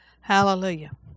Hallelujah